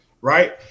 right